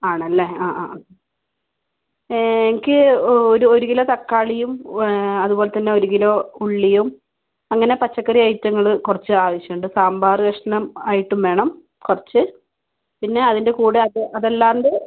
ആണല്ലേ എനിക്ക് ഒരു കിലോ തക്കാളിയും അതുപോലെത്തന്നെ ഒരു കിലോ ഉള്ളിയും അങ്ങനെ പച്ചക്കറി ഐറ്റങ്ങള് കുറച്ച് ആവശ്യമുണ്ട് സാമ്പാർ കഷ്ണം ആയിട്ടും വേണം കുറച്ച് പിന്നെ അതിൻ്റെ കൂടെ അതല്ലാണ്ട്